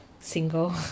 Single